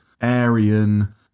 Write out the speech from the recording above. Aryan